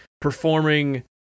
performing